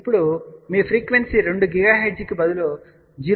ఇప్పుడు మీ frequency 2 GHz కు బదులుగా 0